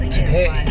Today